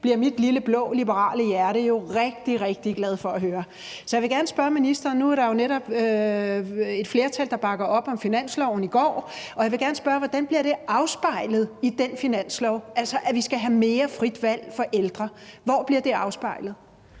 bliver mit blå, lille liberale hjerte jo rigtig, rigtig glad for at høre. Nu var der jo netop et flertal, der bakkede op om finansloven i går, så jeg vil gerne spørge ministeren, hvordan det bliver afspejlet i den finanslov, altså at vi skal have mere frit valg for ældre. Hvor bliver det afspejlet?